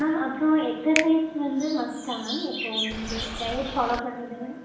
ma'am அப்புறோம் exercise வந்து மஸ்ட்டாக மேம் இப்போ வந்து டயட் ஃபாலோவ் பண்ணுறது மேம்